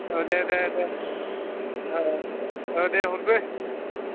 ओ दे दे दे ओ ओ दे हरग्रो